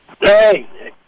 Hey